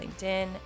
LinkedIn